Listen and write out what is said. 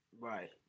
Right